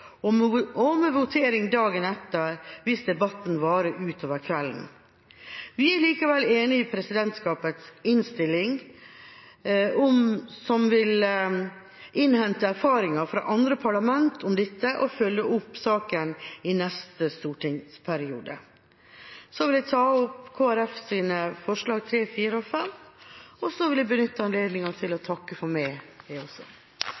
også diskutert om avstemninger i Stortinget bør avholdes på et bestemt tidspunkt, bl.a. av hensyn til representanter med familie og små barn. Klokka 15 mente vi kunne være hensiktsmessig, og votering dagen etter hvis debatten varer utover kvelden. Vi er likevel enig i presidentskapets innstilling, som vil innhente erfaringer fra andre parlamenter om dette, og følge opp saken i neste stortingsperiode. Jeg vil til slutt ta opp